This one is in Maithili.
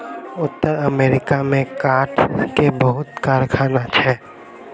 उत्तर अमेरिका में काठ के बहुत कारखाना छै